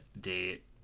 date